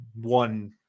one